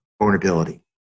vulnerability